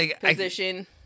position